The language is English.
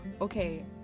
okay